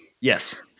Yes